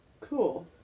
Cool